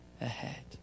ahead